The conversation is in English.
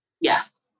Yes